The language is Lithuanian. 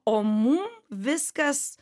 o mum viskas